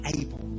able